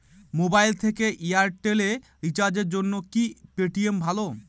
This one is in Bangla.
মোবাইল থেকে এয়ারটেল এ রিচার্জের জন্য কি পেটিএম ভালো?